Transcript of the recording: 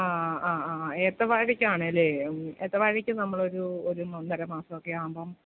ആ ആ ആ ആ ഏത്ത വാഴയ്ക്കാണല്ലേ ഹമ്മ് ഏത്തവാഴയ്ക്ക് നമ്മളൊരു ഒരു ഒന്നൊര മാസമൊക്കെയാവുമ്പം